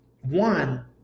one